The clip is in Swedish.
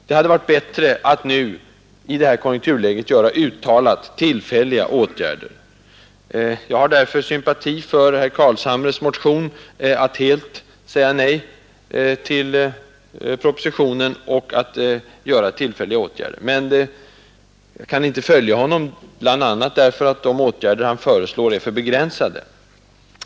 Det hade varit bättre att nu, i detta konjunkturläge, vidta uttalat tillfälliga åtgärder. Jag har därför sympati för greppet i herr Carlshamres motion — att helt säga nej till propositionen och vidta tillfälliga åtgärder. Men jag kan inte följa honom, bl.a. därför att de åtgärder han föreslår är för begränsade.